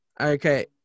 Okay